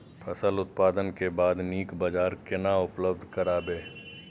फसल उत्पादन के बाद नीक बाजार केना उपलब्ध कराबै?